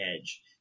edge